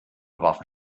warfen